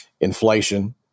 inflation